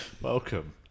welcome